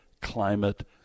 Climate